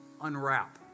unwrap